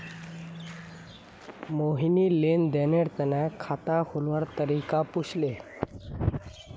मोहिनी लेन देनेर तने खाता खोलवार तरीका पूछले